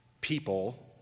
people